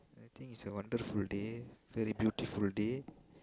I think it's a wonderful day very beautiful day